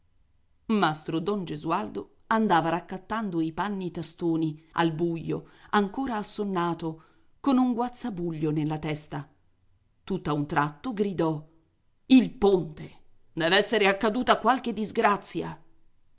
quest'ora mastro don gesualdo andava raccattando i panni tastoni al buio ancora assonnato con un guazzabuglio nella testa tutt'a un tratto gridò il ponte deve essere accaduta qualche disgrazia